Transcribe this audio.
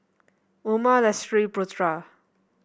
Umar Lestari Putra